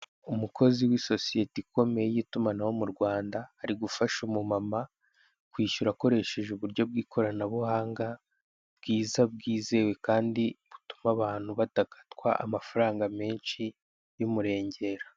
Umukoze w'isosiyete ikomeye y'itumanaho mu Rwanda ari gufasha umumama kwishyura akoresheje uburyo bw'ikoranabuhanga bwiza bwizewe kandi butuma abantu badakatwa amafaranga menshi y'umurengera.